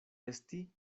esti